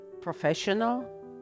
professional